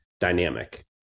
dynamic